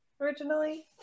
originally